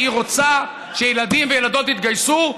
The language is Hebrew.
היא רוצה שילדים וילדות יתגייסו,